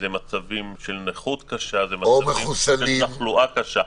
מצבים של נכות קשה, תחלואה קשה.